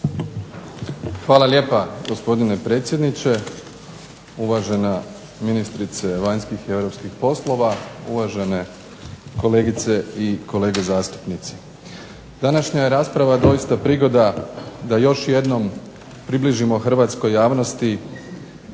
Hvala lijepa, gospodine predsjedniče. Uvažena ministrice vanjskih i europskih poslova, uvažene kolegice i kolege zastupnici. Današnja je rasprava doista prigoda da još jednom približimo hrvatskoj javnosti